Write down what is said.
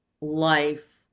life